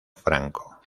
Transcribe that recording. franco